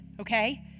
okay